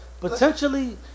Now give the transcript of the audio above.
Potentially